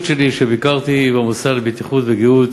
שלי כאשר ביקרתי במוסד לבטיחות ולגהות